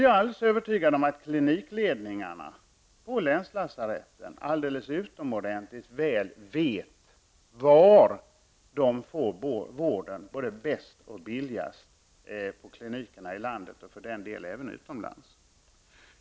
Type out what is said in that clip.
Jag är övertygad om att klinikledningarna på länslasaretten alldeles utomordentligt väl vet var de får vården både bäst och billigast på klinikerna i landet och för den delen utomlands.